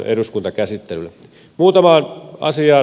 muutamaan asiaan kommentoisin